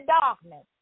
darkness